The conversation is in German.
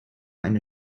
eine